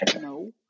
no